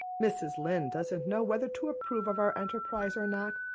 mrs. lynde doesn't know whether to approve of our enterprise or not.